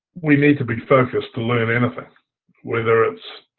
we need to be focused to learn anything whether it's